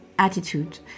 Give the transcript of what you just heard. Attitude